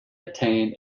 attain